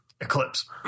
Eclipse